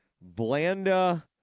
Blanda